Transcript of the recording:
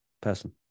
person